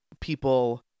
people